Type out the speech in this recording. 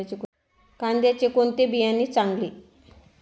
कांद्याचे कोणते बियाणे चांगले?